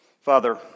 Father